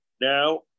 Now